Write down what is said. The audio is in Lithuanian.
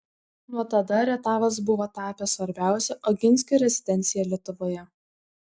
nuo tada rietavas buvo tapęs svarbiausia oginskių rezidencija lietuvoje